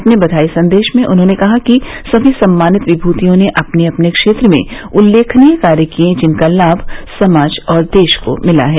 अपने बधाई सदेश में उन्होंने कहा कि समी सम्मानित विमूतियों ने अपने अपने क्षेत्रों में उल्लेखनीय कार्य किए जिनका लाभ समाज और देश को मिला है